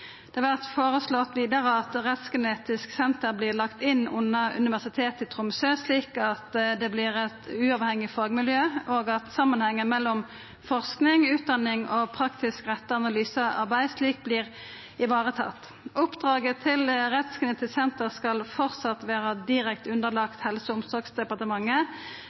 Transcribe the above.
Det vert vidare føreslått at Rettsgenetisk senter vert lagt inn under Universitetet i Tromsø, slik at det vert eit uavhengig fagmiljø, og at samanhengen mellom forsking, utdanning og praktisk retta analysearbeid slik vert ivaretatt. Oppdraget til Rettsgenetisk senter skal framleis vera direkte underlagt Helse- og omsorgsdepartementet